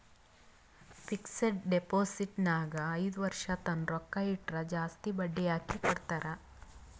fixed deposit ನಾಗ್ ಐಯ್ದ ವರ್ಷ ತನ್ನ ರೊಕ್ಕಾ ಇಟ್ಟುರ್ ಜಾಸ್ತಿ ಬಡ್ಡಿ ಹಾಕಿ ಕೊಡ್ತಾರ್